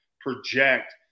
project